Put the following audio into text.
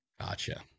Gotcha